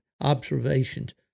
observations